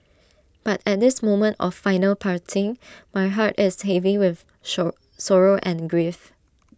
but at this moment of final parting my heart is heavy with show sorrow and grief